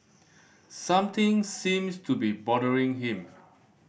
something seems to be bothering him